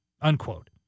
unquote